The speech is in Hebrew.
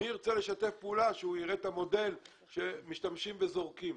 מי ירצה לשתף פעולה כשהוא רואה את המודל של משתמשים וזורקים?